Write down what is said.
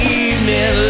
evening